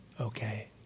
okay